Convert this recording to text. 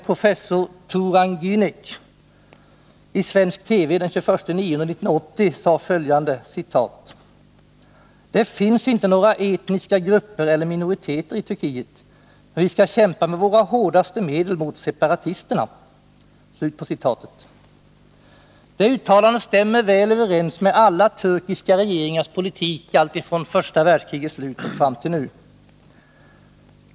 Professor Turan Gänec sade i svensk TV den 21 september 1980 följande: ”Det finns inte några etniska grupper eller minoriteter i Turkiet, men vi skall kämpa med våra hårdaste medel mot separatisterna.” Det uttalandet stämmer väl överens med alla turkiska regeringars politik, alltifrån första världskrigets slut fram till nu.